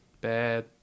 bad